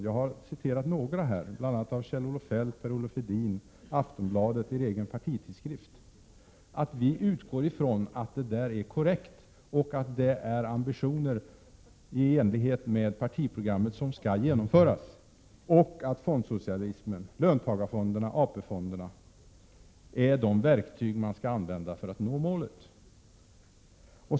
Jag har citerat några, bl.a. genom Kjell-Olof Feldt, Per-Olof Edin, Aftonbladet och er partitidskrift. Vi utgår ifrån att de uttalandena är korrekta och avspeglar ambitioner i partiprogrammet som skall genomföras. Vi utgår också ifrån att fondsocialismen, löntagarfonderna och AP-fonderna är de verktyg som skall användas för att nå målet.